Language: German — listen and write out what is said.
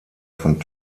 von